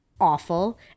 awful